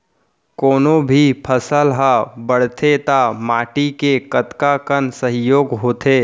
कोनो भी फसल हा बड़थे ता माटी के कतका कन सहयोग होथे?